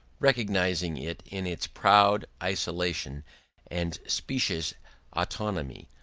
recognising it in its proud isolation and specious autonomy,